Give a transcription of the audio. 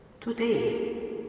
Today